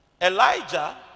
Elijah